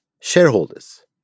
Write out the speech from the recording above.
shareholders